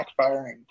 backfiring